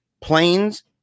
planes